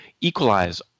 equalize